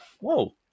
whoa